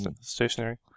stationary